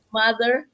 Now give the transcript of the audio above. mother